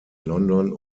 london